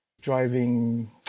driving